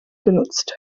genutzt